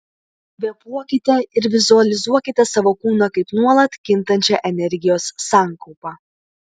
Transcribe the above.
kvėpuokite ir vizualizuokite savo kūną kaip nuolat kintančią energijos sankaupą